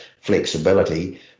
flexibility